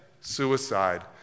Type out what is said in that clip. suicide